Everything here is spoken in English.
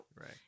right